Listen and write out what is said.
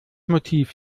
motiv